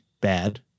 bad